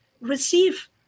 receive